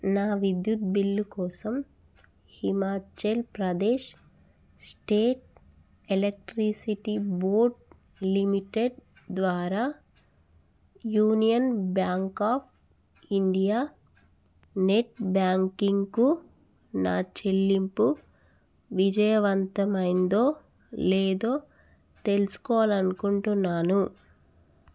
నా విద్యుత్ బిల్లు కోసం Himachal Pradesh State Electricity Board Limited ద్వారా Union Bank of India net బ్యాంకింగ్కు నా చెల్లింపు విజయవంతమైందో లేదో తెలుసుకోవాలి అనుకుంటున్నాను